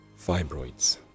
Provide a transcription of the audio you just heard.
Fibroids